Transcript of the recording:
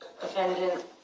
defendant